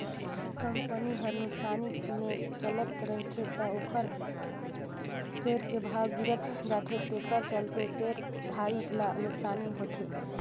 company हर नुकसानी मे चलत रथे त ओखर सेयर के भाव गिरत जाथे तेखर चलते शेयर धारी ल नुकसानी होथे